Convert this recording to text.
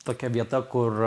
tokia vieta kur